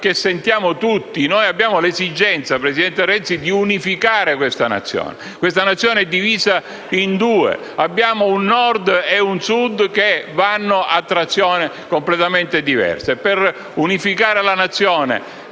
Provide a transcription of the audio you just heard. evidenziato: abbiamo l'esigenza, presidente Renzi, di unificare questa Nazione, che è divisa in due: abbiamo un Nord e un Sud che vanno a trazione completamente diversa. Per unificare la Nazione